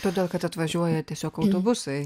todėl kad atvažiuoja tiesiog autobusai